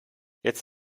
jetzt